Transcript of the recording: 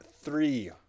three